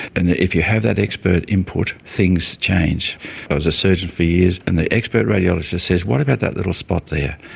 and if you have that expert input, things change. i was a surgeon for years and the expert radiologist says, what about that little spot there?